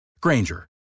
Granger